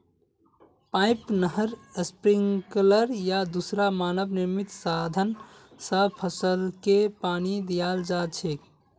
pipe, नहर, sprinkler या दूसरा मानव निर्मित साधन स फसलके पानी दियाल जा छेक